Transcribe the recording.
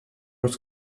was